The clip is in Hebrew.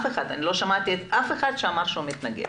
לא שמעתי אף אחד שאומר שהוא מתנגד.